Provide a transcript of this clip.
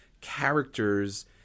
characters –